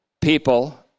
people